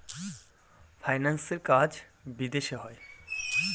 ফাইন্যান্সের কাজ বিদেশে হয়